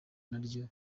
naryo